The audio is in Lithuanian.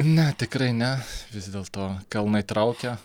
ne tikrai ne vis dėlto kalnai traukia